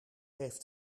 heeft